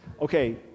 Okay